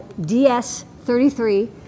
DS33